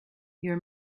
your